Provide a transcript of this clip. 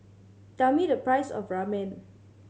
tell me the price of Ramen